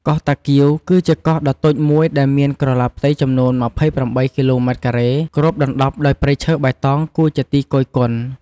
កោះតាគៀវ គឺជាកោះដ៏តូចមួយដែលមានក្រឡាផ្ទៃចំនួន ២៨ គីឡូម៉ែត្រការ៉េ គ្របដណ្ដប់ដោយព្រៃឈើបៃតងគួរជាទីគយគន់ ។